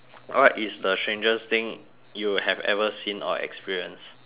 what is the strangest thing you have ever seen or experienced